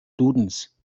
dudens